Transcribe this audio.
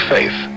Faith